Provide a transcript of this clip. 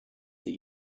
sie